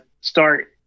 start